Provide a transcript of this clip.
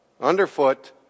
underfoot